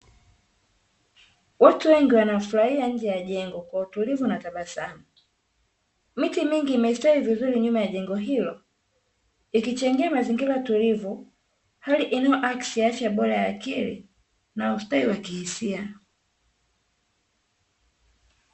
Watu wengi wanafurahia nje ya jengo kwa utulivu na tabasamu, miti mingi imestawi vizuri nyuma ya jengo hilo ikichangia mazingira tulivu hali inayoakisi afya bora ya akili na ustawi wa kihisia.